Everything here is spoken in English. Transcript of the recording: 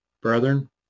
brethren